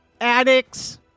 addicts